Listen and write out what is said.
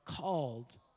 called